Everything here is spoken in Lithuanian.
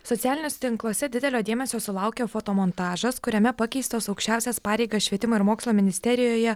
socialiniuose tinkluose didelio dėmesio sulaukė fotomontažas kuriame pakeistos aukščiausias pareigas švietimo ir mokslo ministerijoje